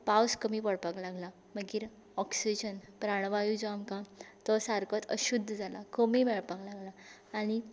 पावस कमी पडपाक लागला मागीर ऑक्सीजन प्राणवायू जो आमकां तो सारकोत अशुद्ध जाला कमी मेळपाक लागला आनी